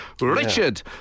Richard